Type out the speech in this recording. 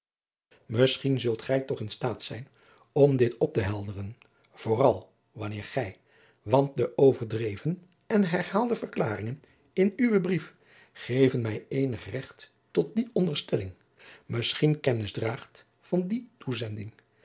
misschien zult gij toch in staat zijn om dit op te helderen vooral wanneer gij want de overdreven en herhaalde verklaringen in uwen brief geven mij eenig regt tot adriaan loosjes pzn het leven van maurits lijnslager die onderstelling misschien kennis draagt van die toezending